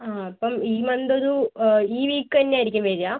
ആ അപ്പം ഈ മന്ത് ഒരു ഈ വീക്ക് തന്നെ ആയിരിക്കും വരുക